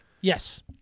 yes